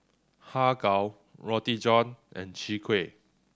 Har Kow Roti John and Chwee Kueh